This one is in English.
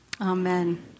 Amen